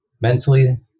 mentally